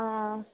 ஆ